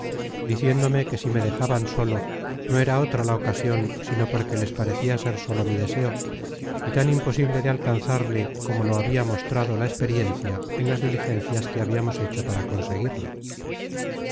diciéndome que si me dejaban solo no era otra la ocasion sino porque les parecia ser solo mi deseo y tan imposible de alcanzarle como lo habia mostrado la experiencia en las diligencias que habiamos hecho para conseguirle